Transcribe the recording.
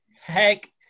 heck